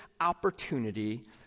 opportunity